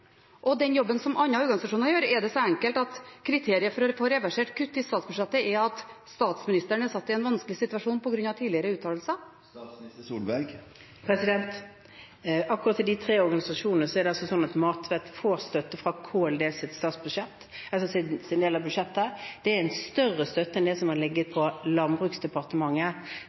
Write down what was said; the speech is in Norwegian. og den jobben som andre organisasjoner gjør? Er det så enkelt som at kriteriet for å få reversert kutt i statsbudsjettet er at statsministeren er satt i en vanskelig situasjon på grunn av tidligere uttalelser? Når det gjelder akkurat de tre organisasjonene, er det slik at Matvett får støtte fra Klima- og miljødepartementets del av statsbudsjettet. Det er en større støtte enn den som har ligget